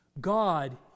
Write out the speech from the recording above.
God